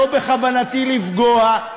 לא בכוונתי לפגוע,